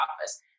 office